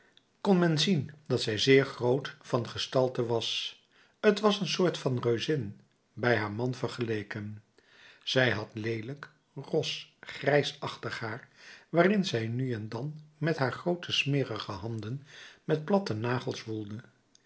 kon men zien dat zij zeer groot van gestalte was t was een soort van reuzin bij haar man vergeleken zij had leelijk ros grijsachtig haar waarin zij nu en dan met haar groote smerige handen met platte nagels woelde